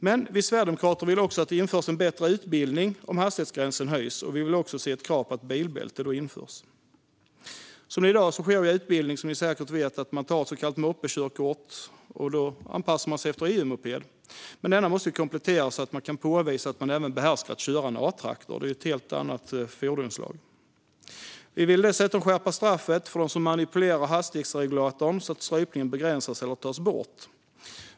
Men vi sverigedemokrater vill också att det införs en bättre utbildning om hastighetsgränsen höjs, och vi vill också se att ett krav på bilbälte då införs. I dag sker utbildningen, som ni säkert vet, genom att man tar ett så kallat moppekörkort anpassat för EU-moped, men den måste kompletteras så att man kan påvisa att man även behärskar att köra en A-traktor; det är ett helt annat fordonsslag. Vi vill dessutom skärpa straffet för den som manipulerar hastighetsregulatorn så att strypningen begränsas eller tas bort.